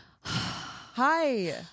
Hi